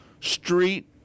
street